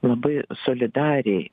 labai solidariai